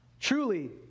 Truly